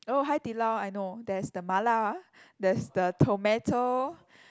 oh Hai-Di-Lao I know there's the Mala there's the tomato